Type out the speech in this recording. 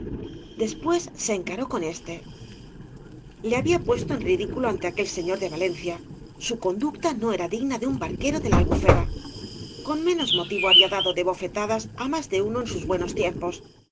después ae encaró con éste le había puesto en ridículo gañas y barro ante aquel señor de valencia su conducta no era digna de un barquero de la albufera con menos motivo había dado de bofetadas á más de uno en aus buenos tiempos